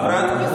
חברת הכנסת.